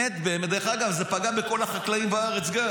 דרך אגב, זה פגע גם בכל החקלאים בארץ.